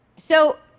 so,